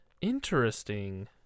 Interesting